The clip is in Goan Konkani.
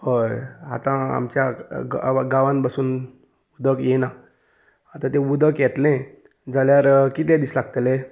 हय आतां आमच्या गांवान पसून उदक येना आतां तें उदक येतलें जाल्यार कितें दीस लागतले